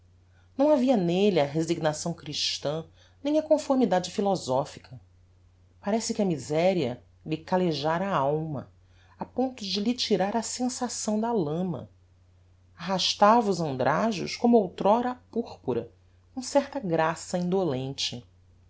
não havia nelle a resignação christã nem a conformidade philosophica parece que a miseria lhe callejára a alma a ponto de lhe tirar a sensação da lama arrastava os andrajos como outr'ora a purpura com certa graça